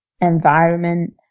environment